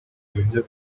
biyobya